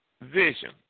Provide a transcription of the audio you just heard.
vision